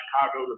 Chicago